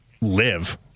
live